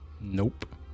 Nope